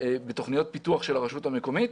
בתוכניות פיתוח של הרשות המקומית.